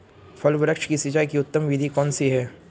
फल वृक्ष की सिंचाई की उत्तम विधि कौन सी है?